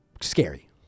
scary